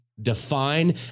define